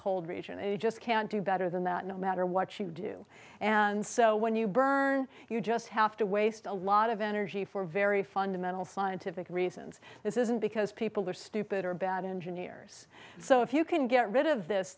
cold region and you just can't do better than that no matter what you do and so when you burn you just have to waste a lot of energy for very fundamental scientific reasons this isn't because people are stupid or bad engineers so if you can get rid of this